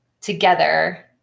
together